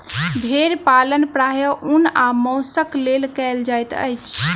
भेड़ पालन प्रायः ऊन आ मौंसक लेल कयल जाइत अछि